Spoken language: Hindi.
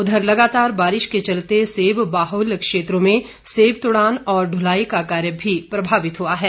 उधर लगातार बारिश के चलते सेब बाहुल क्षेत्रों में सेब तुड़ान और ढुलाई का कार्य भी प्रभावित हुआ है